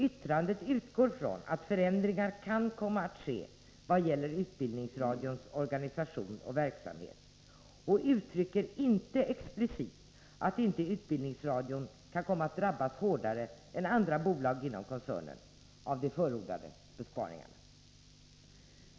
Yttrandet utgår från att förändringar kan komma att ske i vad gäller utbildningsradions organisation och verksamhet och uttrycker inte explicit att inte utbildningsradion kan komma att drabbas hårdare än andra bolag inom koncernen av de förordade besparingarna.